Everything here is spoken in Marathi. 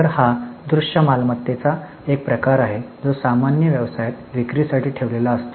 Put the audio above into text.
तर हा मूर्त मालमत्तेचा प्रकार आहे जो सामान्य व्यवसायात विक्री साठी ठेवलेला असतो